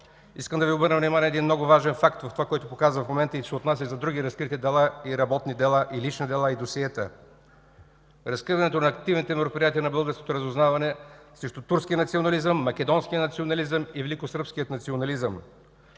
искам да Ви обърна внимание на много важен факт от това, което казах в момента и се отнася за други разкрити дела, работни дела, лични дела и досиета – разкриването на активните мероприятия на Българското разузнаване срещу турския национализъм, македонския национализъм и великосръбския национализъм.